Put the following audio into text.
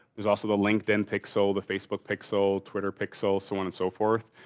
there's also the linkedin pixel, the facebook pixel, twitter pixel, so on and so forth.